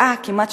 אה, כמעט שכחתי,